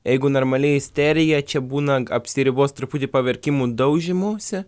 jeigu normaliai isterija čia būna apsiribos truputį paverkimu daužymusi